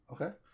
Okay